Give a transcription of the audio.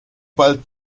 bald